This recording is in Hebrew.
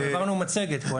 חבר הכנסת איזנקוט, גדלת באילת,